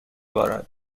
بارد